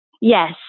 Yes